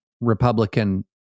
Republican